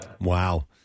Wow